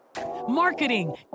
marketing